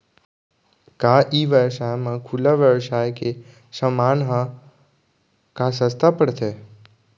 का ई व्यवसाय म खुला व्यवसाय ले समान ह का सस्ता पढ़थे?